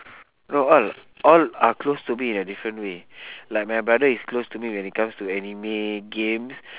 no all all are close to me in a different way like my brother is close to me when it comes to anime games